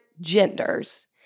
genders